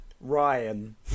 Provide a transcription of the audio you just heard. ryan